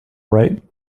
right